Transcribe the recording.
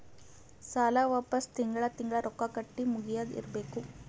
ಸಾಲ ವಾಪಸ್ ತಿಂಗಳಾ ತಿಂಗಳಾ ರೊಕ್ಕಾ ಕಟ್ಟಿ ಮುಗಿಯದ ಇರ್ಬೇಕು